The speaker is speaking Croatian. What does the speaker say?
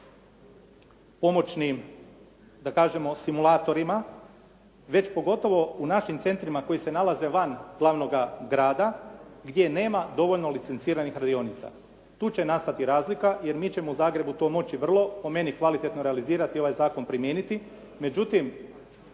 pomoćnim, da kažemo simulatorima, već pogotovo u našim centrima koji se nalaze van glavnoga grada gdje nema dovoljno licenciranih radionica. Tu će nastati razlika jer mi ćemo u Zagrebu to moći vrlo, po meni kvalitetno realizirati i ovaj zakon primijeniti, međutim